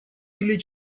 или